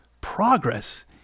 progress